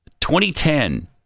2010